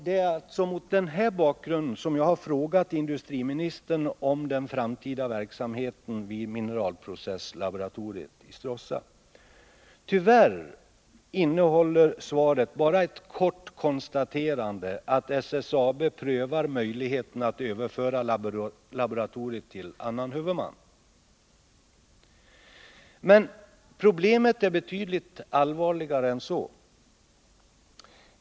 Det är mot den här bakgrunden som jag har frågat industriministern om den framtida verksamheten vid mineralprocesslaboratoriet i Stråssa. Tyvärr innehåller svaret bara ett kort konstaterande att SSAB prövar möjligheten att överföra laboratoriet till annan huvudman. Men problemet är betydligt allvarligare än så.